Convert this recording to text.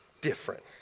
different